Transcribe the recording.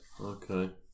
Okay